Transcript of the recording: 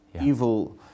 Evil